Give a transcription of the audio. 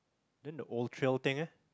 then the old trail thing ah